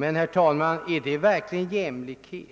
Men, herr talman, är det verkligen jämlikhet